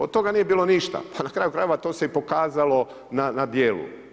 Od toga nije bilo ništa, pa na kraju krajeva to se i pokazalo na dijelu.